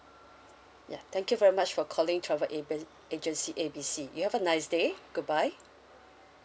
ya thank you very much for calling travel aben~ agency A B C you have a nice day goodbye